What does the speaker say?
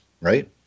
right